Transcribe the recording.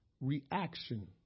reaction